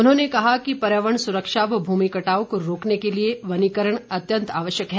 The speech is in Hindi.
उन्होंने कहा कि पर्यावरण सुरक्षा व भूमि कटाव को रोकने के लिए वनीकरण अत्यंत आवश्यक है